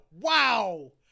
Wow